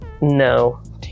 No